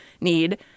need